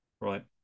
right